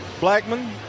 Blackman